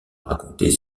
raconter